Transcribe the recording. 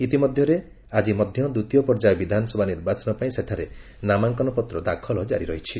ଇତିମଧ୍ୟରେ ଆକି ମଧ୍ୟ ଦ୍ୱିତୀୟ ପର୍ଯ୍ୟାୟ ବିଧାନସଭା ନିର୍ବାଚନ ପାଇଁ ସେଠାରେ ନାମାଙ୍କନପତ୍ର ଦାଖଲ ଜାରି ରହିଛି